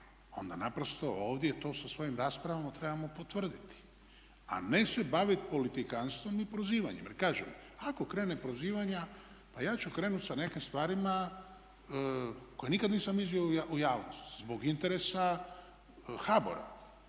onda naprosto ovdje to sa svojim raspravama trebamo potvrditi, a ne se baviti politikantstvom i prozivanjem. Jer kažem ako krene prozivanje pa ja ću krenuti sa nekim stvarima koje nikad nisam iznio u javnosti zbog interesa HBOR-a.